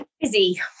Busy